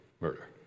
murder